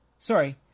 Sorry